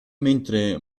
mentre